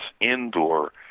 indoor